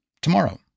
tomorrow